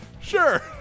Sure